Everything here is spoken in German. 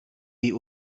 die